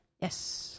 Yes